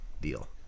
deal